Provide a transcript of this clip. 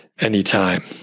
anytime